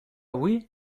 oui